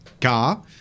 car